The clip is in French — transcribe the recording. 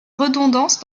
redondance